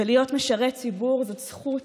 ולהיות משרת ציבור זה זכות